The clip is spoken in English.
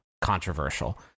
controversial